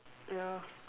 ya